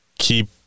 keep